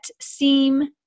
seem